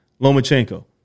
Lomachenko